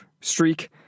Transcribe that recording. streak